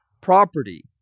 property